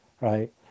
right